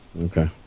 Okay